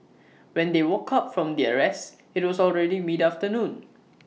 when they woke up from their rest IT was already mid afternoon